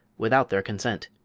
without their consent.